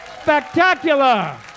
spectacular